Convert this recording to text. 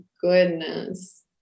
goodness